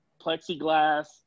plexiglass